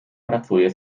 pracuje